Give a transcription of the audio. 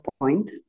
point